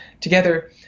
together